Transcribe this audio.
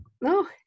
no